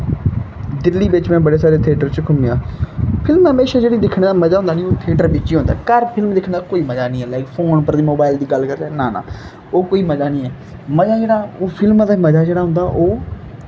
दिल्ली बिच्च में बड़े सारे थियेटर च घूमेआ फिल्मां हमेशा जेह्ड़ियां दिक्खने दा मज़ा होंदा निं ओह् थियेटर बिच्च ई होंदा घर फिल्म दिक्खने दा कोई मज़ा निं ऐ लाइक फोन उप्पर ते मोबाइल दी गल्ल करचै नां नां ओह् कोई मज़ा निं ऐ मज़ा जेह्ड़ा ओह् फिल्मा दा मज़ा जेह्ड़ा होंदा ओह्